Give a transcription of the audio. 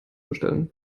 bestellen